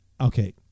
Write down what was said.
Okay